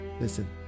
Listen